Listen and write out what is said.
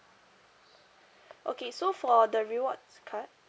okay so for the rewards card